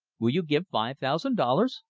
will you give five thousand dollars?